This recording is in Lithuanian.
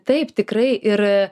taip tikrai ir